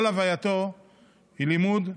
כל הווייתו היא לימוד,